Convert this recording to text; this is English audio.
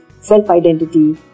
self-identity